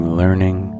learning